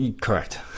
Correct